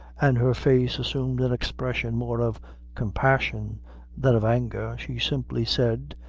and her face assumed an expression more of compassion than of anger, she simply said,